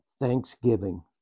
thanksgiving